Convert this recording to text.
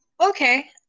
Okay